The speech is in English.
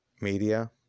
media